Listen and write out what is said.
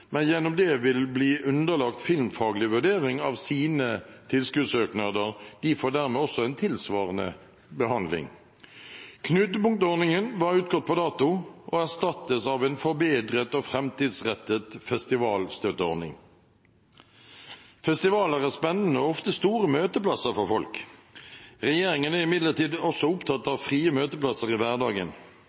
men gjennom det vil bli underlagt filmfaglig vurdering av sine tilskuddssøknader. De får dermed også en tilsvarende behandling. Knutepunktordningen var utgått på dato og erstattes av en forbedret og framtidsrettet festivalstøtteordning. Festivaler er spennende og ofte store møteplasser for folk. Regjeringen er imidlertid også opptatt av frie møteplasser i hverdagen.